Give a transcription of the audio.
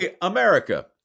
America